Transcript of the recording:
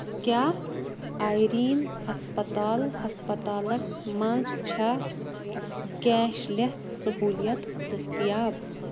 کیٛاہ آیریٖن ہسپتال ہسپتالَس منٛز چھا کیش لیٚس سہولیت دٔستیاب؟